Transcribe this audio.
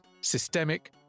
systemic